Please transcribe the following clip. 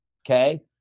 Okay